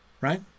Right